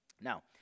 Now